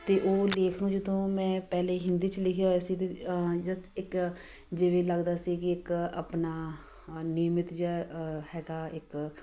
ਅਤੇ ਉਹ ਲੇਖ ਨੂੰ ਜਦੋਂ ਮੈਂ ਪਹਿਲੇ ਹਿੰਦੀ 'ਚ ਲਿਖਿਆ ਹੋਇਆ ਸੀ ਅਤੇ ਜ ਇੱਕ ਜਿਵੇਂ ਲੱਗਦਾ ਸੀ ਕਿ ਇੱਕ ਆਪਣਾ ਨਿਯਮਿਤ ਜਿਹਾ ਹੈਗਾ ਇੱਕ